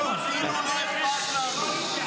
הוא העליל נגדי, הוא אמר שלא --- מהקואליציה.